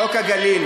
חוק הגליל.